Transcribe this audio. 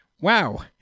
wow